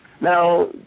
Now